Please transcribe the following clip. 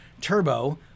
Turbo